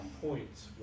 points